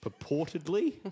Purportedly